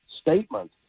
statement